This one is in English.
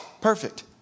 Perfect